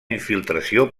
infiltració